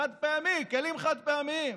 חד-פעמי, כלים חד-פעמיים.